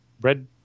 red